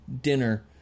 dinner